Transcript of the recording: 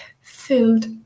filled